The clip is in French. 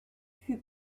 fut